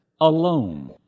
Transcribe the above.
Alone